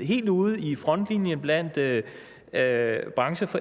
helt ude i frontlinjen,